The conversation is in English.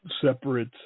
separate